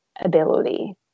ability